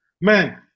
man